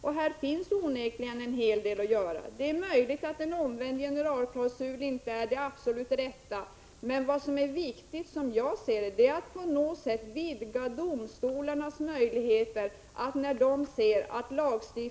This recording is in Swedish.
Det finns onekligen en hel del att göra i det avseendet. Det är möjligt att en omvänd generalklausul inte är det absolut rätta. Men vad som är viktigt, som jag ser saken, är att domstolarnas möjligheter på något sätt vidgas.